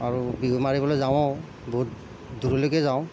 আৰু বিহু মাৰিবলৈ যাওঁ বহুত দূৰলৈকে যাওঁ